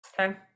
Okay